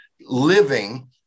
living